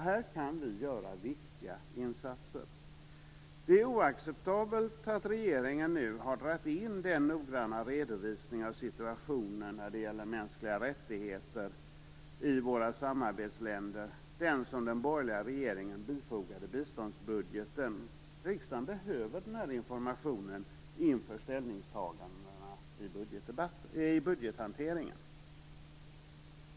Här kan vi göra viktiga insatser. Det är oacceptabelt att regeringen nu har dragit in den noggranna redovisning av situationen när det gäller mänskliga rättigheter i våra samarbetsländer som den borgerliga regeringen bifogade biståndsbudgeten. Riksdagen behöver den informationen inför ställningstagandena i budgethanteringen.